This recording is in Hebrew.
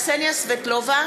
אינו נוכח קסניה סבטלובה,